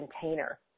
container